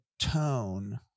tone